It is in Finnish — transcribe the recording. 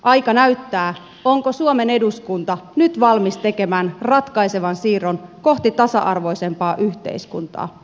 aika näyttää onko suomen eduskunta nyt valmis tekemään ratkaisevan siirron kohti tasa arvoisempaa yhteiskuntaa